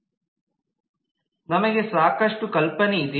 ನಮಗೆ ಸಾಕಷ್ಟು ಕಲ್ಪನೆ ಇದೆ